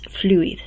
fluid